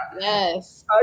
Yes